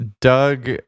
doug